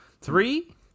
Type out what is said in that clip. Three